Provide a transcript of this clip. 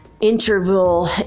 interval